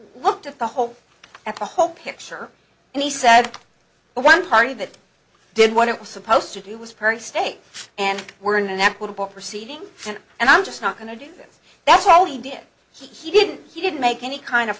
looked at the whole at the whole picture and he said one party that did what it was supposed to do was per state and we're in an equitable proceeding and i'm just not going to do this that's all he did he didn't he didn't make any kind of